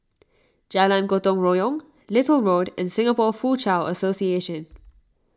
Jalan Gotong Royong Little Road and Singapore Foochow Association